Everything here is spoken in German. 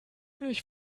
ich